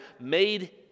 made